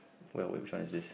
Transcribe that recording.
where which one is this